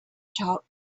talk